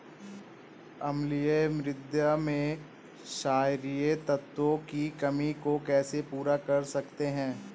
अम्लीय मृदा में क्षारीए तत्वों की कमी को कैसे पूरा कर सकते हैं?